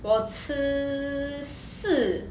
我吃四